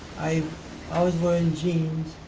i i was wearing jeans,